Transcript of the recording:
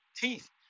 teeth